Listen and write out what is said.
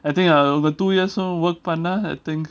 I think uh the two years old work பண்ண:panna I think